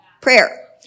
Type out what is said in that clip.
prayer